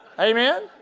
amen